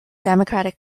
democratic